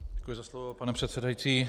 Děkuji za slovo, pane předsedající.